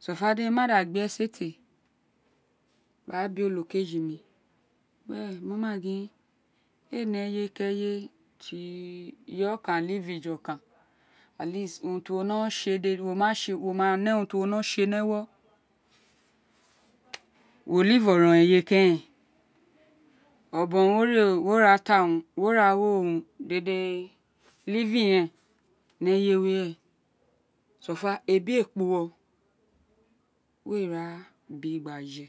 dí emí ma da gbi esete gba bí olokeji mí mí o ma gin ee ne eye ki eye tí ireye o kan ju okan urun bi wo no tse dede wo ma tsi ee ní ewo wo oronron eye keren obon wo re o wo ra ta urun wo re o wo ra ta urun wo re gba waro urun dede ni eyewe ren ebi ee kpa uwo we ra bí gba jé.